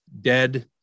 dead